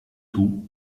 tout